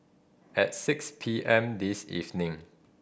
at six P M this evening